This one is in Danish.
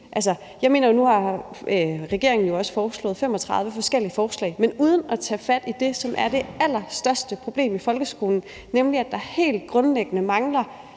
Nu har regeringen jo også foreslået 35 forskellige forslag, men uden at tage fat i det, som er det allerstørste problem i folkeskolen, nemlig at der helt grundlæggende mangler